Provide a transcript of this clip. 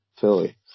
Philly